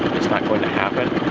it's not going to happen.